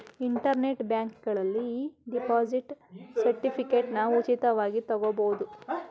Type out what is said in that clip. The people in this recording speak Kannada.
ಇಂಟರ್ನೆಟ್ ಬ್ಯಾಂಕಿಂಗ್ನಲ್ಲಿ ಇ ಡಿಪಾಸಿಟ್ ಸರ್ಟಿಫಿಕೇಟನ್ನ ಉಚಿತವಾಗಿ ತಗೊಬೋದು